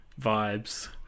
vibes